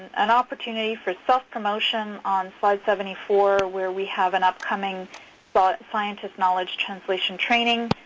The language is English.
an opportunity for self-promotion on slide seventy four where we have an upcoming but scientist knowledge translation training